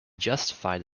justified